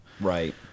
Right